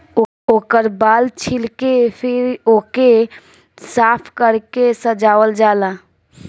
ओकर बाल छील के फिर ओइके साफ कर के सजावल जाला